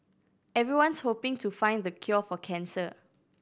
everyone's hoping to find the cure for cancer